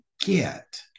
get